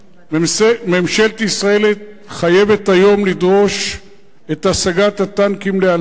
ממשלת ישראל חייבת היום לדרוש את הסגת הטנקים לאלתר.